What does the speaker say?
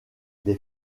des